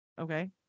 okay